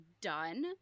done